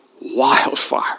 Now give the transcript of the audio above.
wildfire